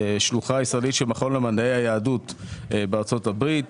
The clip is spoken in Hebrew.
שלוחה ישראלית של המכון למדעי היהדות בארצות הברית.